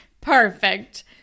Perfect